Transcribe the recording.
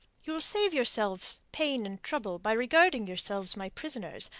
you will save yourselves pain and trouble by regarding yourselves my prisoners,